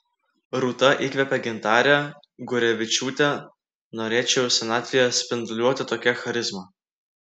rūta įkvėpė gintarę gurevičiūtę norėčiau senatvėje spinduliuoti tokia charizma